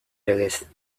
legez